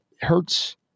hurts